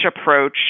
approach